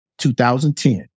2010